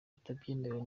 atabyemerewe